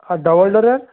আর double ডোরের